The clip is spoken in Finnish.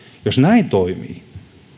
jos näin toimii